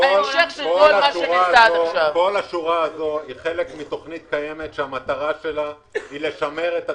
כל השורה הזו היא חלק מתכנית קיימת שהמטרה שלה היא לשמר את התשתית.